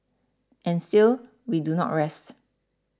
and still we do not rest